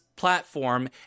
platform